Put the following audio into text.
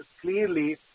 clearly